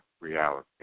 reality